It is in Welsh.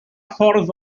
ffordd